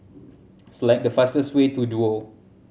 select the fastest way to Duo